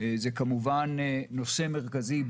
זה כמובן נושא מרכזי.